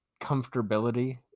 comfortability